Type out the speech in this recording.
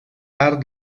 part